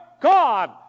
God